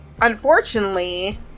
unfortunately